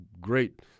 great